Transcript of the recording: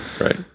Right